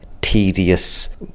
tedious